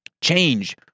change